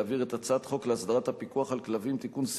להעביר את הצעת חוק להסדרת הפיקוח על כלבים (תיקון,